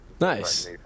Nice